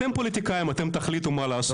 אתם פוליטיקאים, אתם תחליטו מה לעשות.